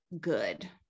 good